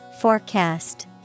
Forecast